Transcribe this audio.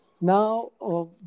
Now